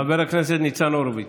חבר הכנסת ניצן הורוביץ.